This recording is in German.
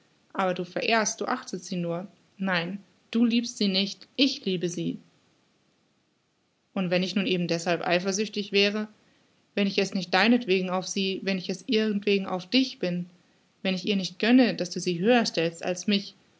aber du verehrst du achtest sie nur nein du liebst sie nicht ich liebe sie und wenn ich nun eben deßhalb eifersüchtig wäre wenn ich es nicht deinetwegen auf sie wenn ich es ihretwegen auf dich bin wenn ich ihr nicht gönne daß du sie höher stellst als mich